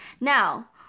Now